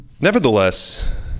Nevertheless